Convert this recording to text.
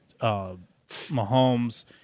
Mahomes